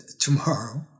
tomorrow